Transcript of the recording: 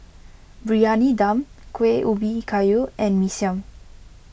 Briyani Dum Kueh Ubi Kayu and Mee Siam